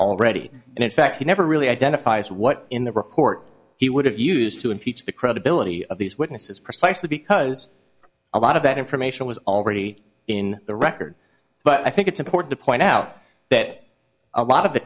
already and in fact he never really identifies what in the report he would have used to impeach the credibility of these witnesses precisely because a lot of that information was already in the record but i think it's important to point out that a lot of the